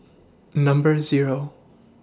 Number Zero